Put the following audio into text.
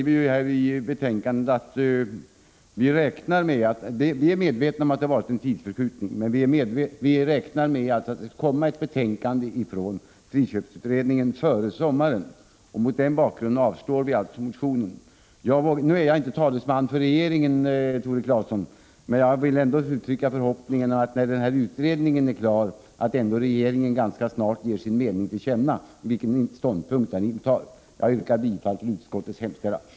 Vi är medvetna om att det har varit en tidsförskjutning, men vi räknar med, vilket står i betänkandet, att det skall komma ett betänkande från friköpsutredningen före sommaren. Mot denna bakgrund yrkar jag avslag på motionen. Jag är inte talesman för regeringen, Tore Claeson, men jag vill ändå uttrycka förhoppningen att regeringen, när den här utredningen är klar, ganska snart ger sin mening till känna och talar om vilken ståndpunkt den intar. Jag yrkar bifall till utskottets hemställan.